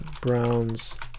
Brown's